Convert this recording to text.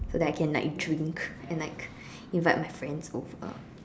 so that I can like you drink and like invite my friends over